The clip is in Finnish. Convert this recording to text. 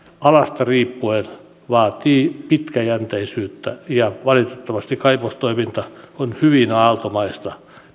alasta riippuen vaatii pitkäjänteisyyttä ja valitettavasti kaivostoiminta on hyvin aaltomaista